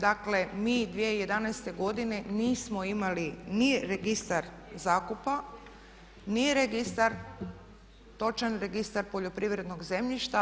Dakle, mi 2011. godine nismo imali ni registar zakupa, ni registar, točan registar poljoprivrednog zemljišta.